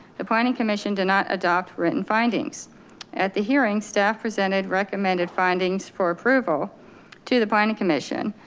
the planning commission did not adopt written findings at the hearing staff presented recommended findings for approval to the planning commission.